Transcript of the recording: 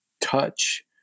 touch